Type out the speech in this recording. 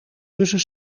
tussen